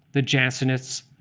the jansenists,